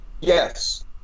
yes